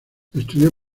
estudió